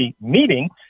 meeting